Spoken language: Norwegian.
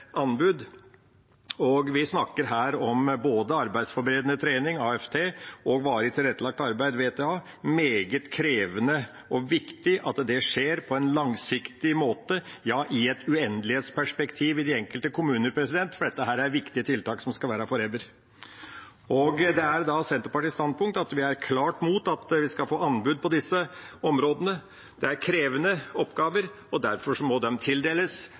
Vi snakker her om både arbeidsforberedende trening, AFT, og varig tilrettelagt arbeid, VTA. Det er meget krevende, og det er viktig at det skjer på en langsiktig måte – ja, i et uendelighetsperspektiv i de enkelte kommuner, for dette er viktige tiltak som skal være «forever». Det er Senterpartiets standpunkt at vi er klart mot at vi skal få anbud på disse områdene. Det er krevende oppgaver, og derfor må de tildeles